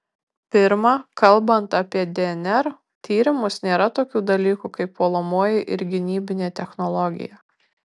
pirma kalbant apie dnr tyrimus nėra tokių dalykų kaip puolamoji ir gynybinė technologija